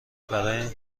برای